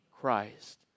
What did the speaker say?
Christ